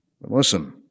Listen